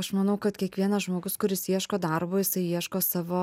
aš manau kad kiekvienas žmogus kuris ieško darbo jisai ieško savo